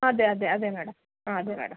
അതെ അതെ അതെ മാഡം ആ അതെ മാഡം